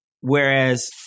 Whereas